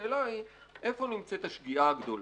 השאלה היא, איפה נמצאת השגיאה הגדולה.